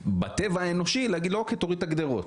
בטבע האנושי, להגיד: אוקיי, תוריד את הגדרות.